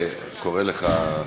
קורא לך,